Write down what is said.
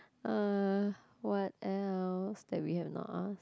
uh what else that we have not ask